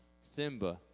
Simba